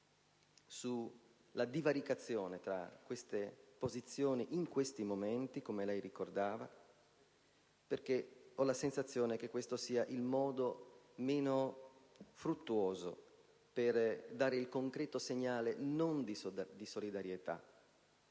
sulla divaricazione tra queste posizioni in questi momenti, come lei ricordava, perché ho la sensazione che questo sia il modo meno fruttuoso per dare il concreto segnale non di solidarietà